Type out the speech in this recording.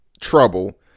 trouble